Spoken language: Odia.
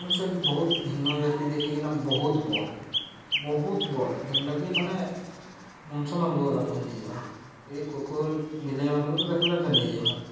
ମାନେ ସେ ବହୁତ ଭିନ୍ନ ଜାତି ଦେଖିକିନା ବହୁତ୍ ବଡ଼୍ ବହୁତ୍ ବଡ଼୍ ଯେନ୍ଟାକି ମାନେ ମୁନୁଷମାନ୍କୁ ଗଲା ବୁହି ନେଇଯିବା ଏ କୁକୁର୍ ବିଲେଇମାନ୍କୁ ତ ଦେଖ୍ଲେ ସେ ନେଇଯିବା